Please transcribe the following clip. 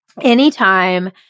anytime